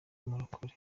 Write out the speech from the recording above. umurokore